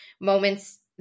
moments